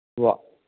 ഉവ്വ്